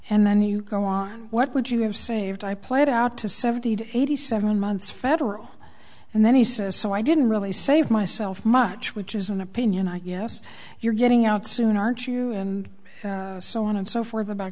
and then you go on what would you have saved i played out to seventy to eighty seven months federal and then he says so i didn't really save myself much which is an opinion i guess you're getting out soon aren't you and so on and so forth about